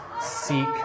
seek